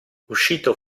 uscito